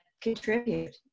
contribute